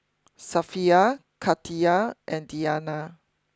Safiya Khatijah and Diyana